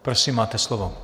Prosím, máte slovo.